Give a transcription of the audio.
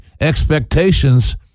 Expectations